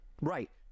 Right